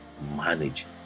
manage